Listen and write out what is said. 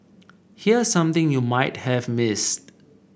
here's something you might have missed